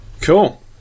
cool